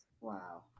Wow